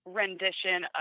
rendition